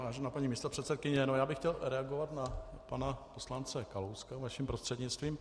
Vážená paní místopředsedkyně, chtěl bych reagovat na pana poslance Kalouska vaším prostřednictvím.